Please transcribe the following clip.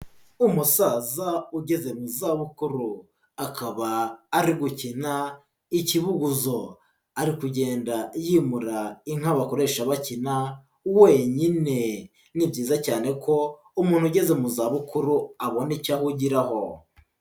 Umusaza ugeze mu zabukuru akaba ari gukina n'ikibubuzo, ari kugenda yimura inka bakoresha bakina wenyine, ni byiza cyane ko umuntu ugeze mu za bukuru abona icyo ahugiraho.